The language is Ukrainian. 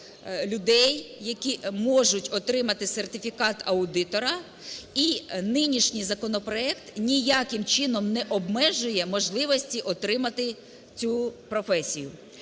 людей, які можуть отримати сертифікат аудитора. І нинішній законопроект ніяким чином не обмежує можливості отримати цю професію.